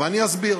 ואני אסביר: